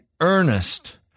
earnest